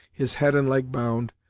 his head and leg bound,